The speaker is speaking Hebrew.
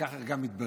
וכך גם התברר,